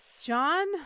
John